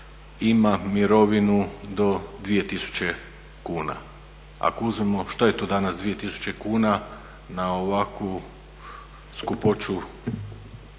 ima mirovinu do 2000 kuna. Ako uzmemo što je to danas 2000 kuna na ovakvu skupoću